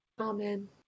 Amen